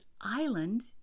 Island